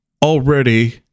already